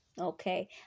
okay